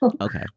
Okay